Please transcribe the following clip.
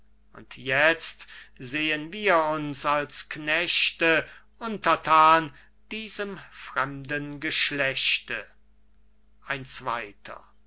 und jetzt sehen wir uns als knechte unterthan diesem fremden geschlechte ein zweiter